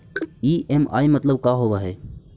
EMI मतलब का होब हइ?